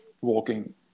walking